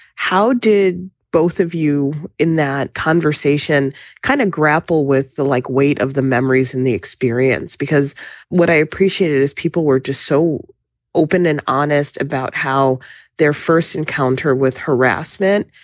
how did both of you in that conversation kind of grapple with the like weight of the memories and the experience? because what i appreciate is people were just so open and honest about how their first encounter with harassment,